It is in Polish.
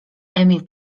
emil